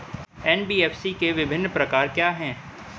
NBFC के विभिन्न प्रकार क्या हैं?